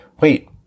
wait